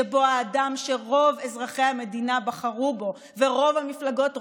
שבו האדם שרוב אזרחי המדינה בחרו בו ורוב המפלגות,